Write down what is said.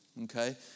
Okay